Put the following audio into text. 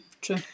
True